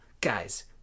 Guys